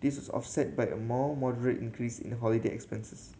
this is offset by a more moderate increase in the holiday expenses